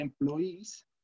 employees